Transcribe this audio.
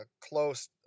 close